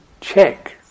check